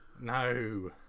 no